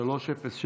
306,